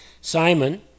Simon